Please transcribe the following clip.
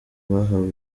bahawe